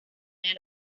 las